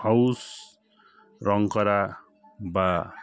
house রং করা বা